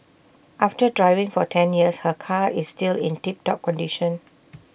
after driving for ten years her car is still in tip top condition